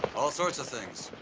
all sorts of things.